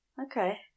Okay